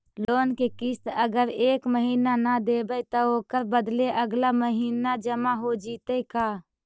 Loan के किस्त अगर एका महिना न देबै त ओकर बदले अगला महिना जमा हो जितै का?